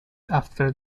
after